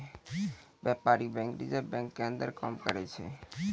व्यपारीक bank reserve bank के अंदर काम करै छै